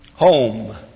Home